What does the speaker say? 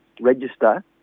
register